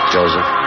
Joseph